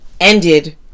ended